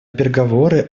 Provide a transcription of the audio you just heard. переговоры